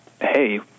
Hey